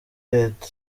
leta